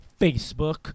facebook